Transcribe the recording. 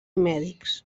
mèdics